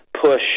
push